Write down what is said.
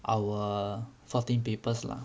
our fourteen papers lah